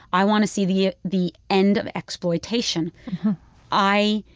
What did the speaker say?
i want to see the the end of exploitation i